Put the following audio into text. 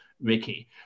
Mickey